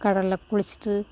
கடல்ல குளிச்சிவிட்டு